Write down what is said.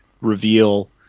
reveal